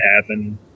happen